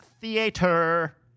theater